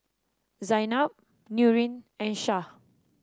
Zaynab Nurin and Syah